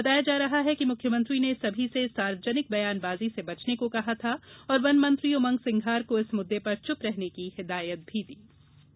बताया जा रहा है कि मुख्यमंत्री ने सभी से सार्वजनिक बयानबाजी से बचने को कहा था और वनमंत्री उमंग सिंघार को इस मुद्दे पर चुप रहने की हिदायत भी दी थी